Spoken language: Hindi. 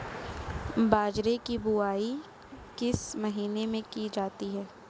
बाजरे की बुवाई किस महीने में की जाती है?